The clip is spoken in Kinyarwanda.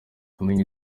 menya